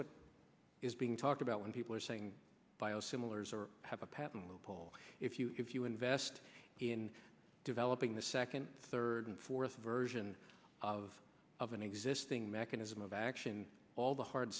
what is being talked about when people are saying biosimilars or have a patent loophole if you if you invest in developing the second third and fourth version of of an existing mechanism of action all the hard